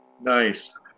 Nice